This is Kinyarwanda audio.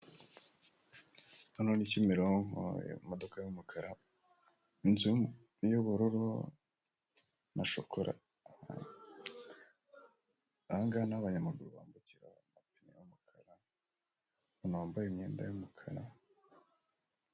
Hano ni Kimironko, imodoka y'umukara, inzu y'ubururu na shokora, aha ngaha ni aho abanyamaguru bambukira, amapine y'umukara, umuntu wambaye imyenda y'umukara.